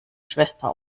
schwester